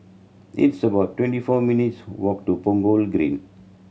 it's about twenty four minutes' walk to Punggol Green